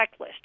checklist